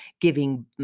giving